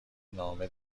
نامه